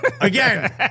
again